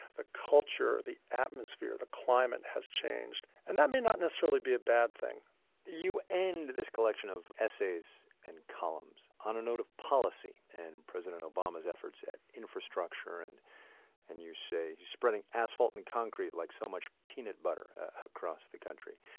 the culture, the atmosphere, the climate has changed. and that may not necessarily be a bad thing you end this collection of essays and columns on a note of policy and president obama's efforts at infrastructure and and you say you're spreading asphalt and concrete like so much peanut butter across the country.